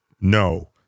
No